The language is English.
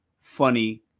funny